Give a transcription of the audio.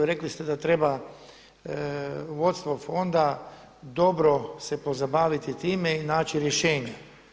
Rekli ste da treba vodstvo fonda dobro se pozabaviti time i naći rješenja.